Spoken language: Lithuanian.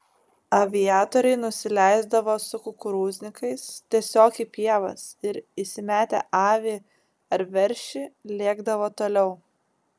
aviatoriai nusileisdavo su kukurūznikais tiesiog į pievas ir įsimetę avį ar veršį lėkdavo toliau